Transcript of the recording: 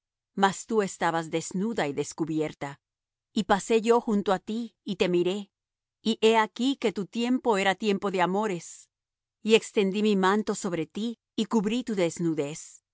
mas tú estabas desnuda y descubierta y pasé yo junto á ti y te miré y he aquí que tu tiempo era tiempo de amores y extendí mi manto sobre ti y cubrí tu desnudez